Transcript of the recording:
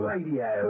Radio